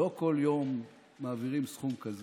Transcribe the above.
לא כל יום מעבירים סכום כזה.